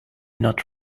not